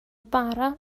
bara